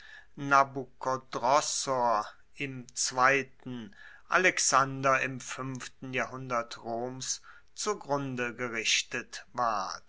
nabukodrossor im zweiten alexander im fuenften jahrhundert roms zugrunde gerichtet ward